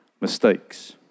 mistakes